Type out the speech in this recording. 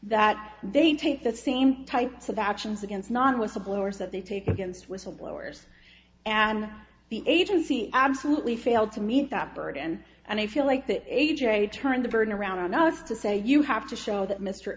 that they take that same types of actions against non whistleblowers that they take against whistleblowers and the agency absolutely failed to meet that burden and i feel like that a j turned the burden around on us to say you have to show that mr